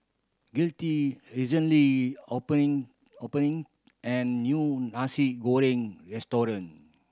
Gustie recently opening opening an new Nasi Goreng restaurant